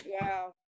Wow